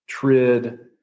TRID